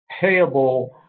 payable